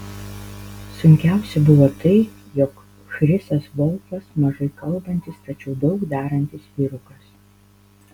sunkiausia buvo tai jog chrisas volfas mažai kalbantis tačiau daug darantis vyrukas